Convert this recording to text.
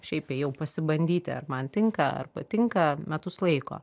šiaip ėjau pasibandyti ar man tinka ar patinka metus laiko